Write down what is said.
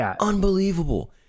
unbelievable